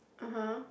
(uh huh)